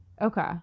Okay